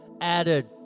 added